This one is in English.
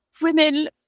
women